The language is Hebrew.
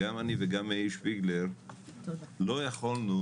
וגם אני וגם מאיר שפיגלר לא יכולנו